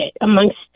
amongst